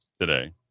today